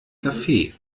kaffee